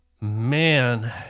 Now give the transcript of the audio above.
man